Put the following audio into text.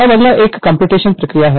अब अगला एक कम्प्यूटेशनल प्रक्रिया है